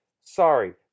Sorry